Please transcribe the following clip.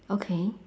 okay